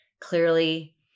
Clearly